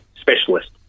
specialist